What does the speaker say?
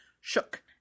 shook